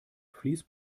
fleece